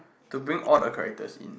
to bring all the characters in